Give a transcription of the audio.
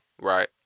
right